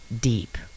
deep